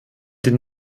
den